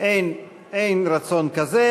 אין רצון כזה.